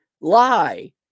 lie